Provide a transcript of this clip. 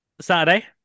Saturday